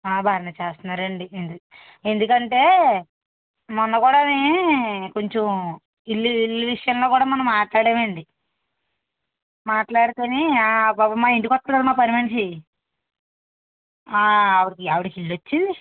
ఆ బాగానే చేస్తున్నారండి ఇల్లు ఎందుకంటే మొన్న కూడా కొంచెం ఇల్లు ఇల్లు విషయంలో కూడా మొన్న మాట్లాడానండి మాట్లాడితేనే మా ఇంటికి వస్తుంది కదా మా పనిమనిషి ఆవిడకి ఆవిడకి ఇల్లు వచ్చింది